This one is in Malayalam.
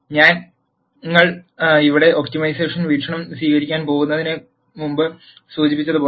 ഞങ്ങൾ ഇവിടെ ഒപ്റ്റിമൈസേഷൻ വീക്ഷണം സ്വീകരിക്കാൻ പോകുന്നതിനുമുമ്പ് സൂചിപ്പിച്ചതുപോലെ